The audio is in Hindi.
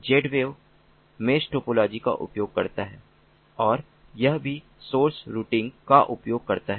Zwave मेस टोपोलॉजी का उपयोग करता है और यह भी सोर्स रूटिंग का उपयोग करता है